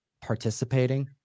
participating